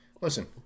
Listen